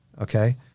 Okay